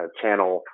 channel